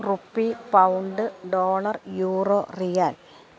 rupee pound dollar euro riyal